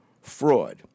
fraud